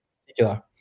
particular